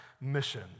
mission